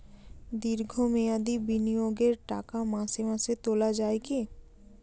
দীর্ঘ মেয়াদি বিনিয়োগের টাকা মাসে মাসে তোলা যায় কি?